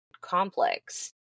complex